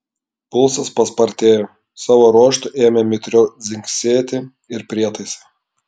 pulsas paspartėjo savo ruožtu ėmė mitriau dzingsėti ir prietaisai